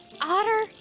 otter